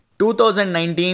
2019